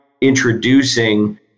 introducing